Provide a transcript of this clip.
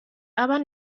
aber